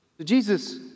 Jesus